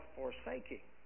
forsaking